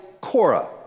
Cora